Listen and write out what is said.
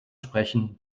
sprechen